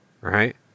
right